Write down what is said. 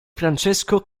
francesco